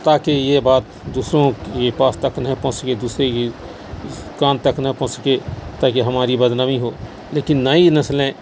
تاکہ یہ بات دوسروں کے پاس تک نہ پہنچ سکے دوسروں کے کان تک نہ پہنچ سکے تاکہ ہماری بدنامی ہو لیکن نئی نسلیں